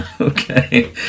Okay